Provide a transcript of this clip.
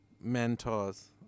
mentors